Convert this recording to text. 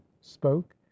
spoke